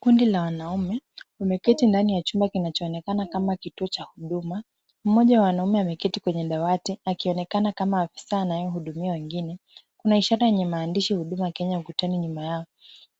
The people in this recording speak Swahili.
Kundi la wanaume wameketi ndani chumba kinachoonekana kama kituo cha huduma. Mmoja wa wanaume ameketi kwenye dawati akionekana kama afisa anayehudumia wengine. Kuna ishara yenye maandishi Huduma Kenya ukutani nyuma yao,